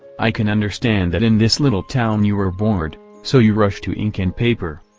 i can understand that in this little town you are bored, so you rush to ink and paper.